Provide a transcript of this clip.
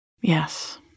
Yes